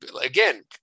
Again